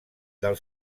del